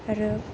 आरो